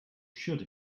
should